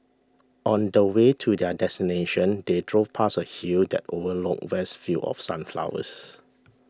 on the way to their destination they drove past a hill that overlooked vast fields of sunflowers